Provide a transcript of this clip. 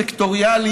סקטוריאלי,